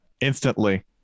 instantly